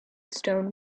stone